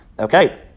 Okay